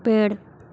पेड़